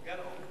גלאון.